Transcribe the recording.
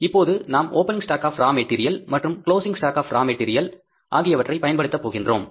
இப்போது நாம் opening stock of raw material மற்றும் closing stock of raw material ஆகியவற்றை பயன்படுத்த போகின்றோம்